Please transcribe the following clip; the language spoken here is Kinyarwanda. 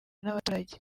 n’abaturage